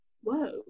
Whoa